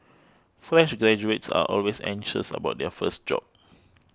fresh graduates are always anxious about their first job